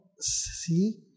see